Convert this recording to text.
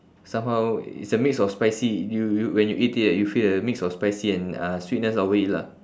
somehow it's a mix of spicy you you when you eat it right you feel that the mix of spicy and uh sweetness of it lah